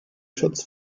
schutz